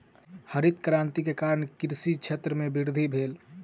हरित क्रांति के कारण कृषि क्षेत्र में वृद्धि भेल